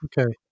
Okay